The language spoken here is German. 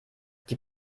die